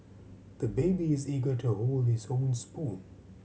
the baby is eager to hold his own spoon